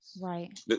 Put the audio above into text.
right